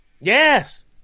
Yes